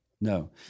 No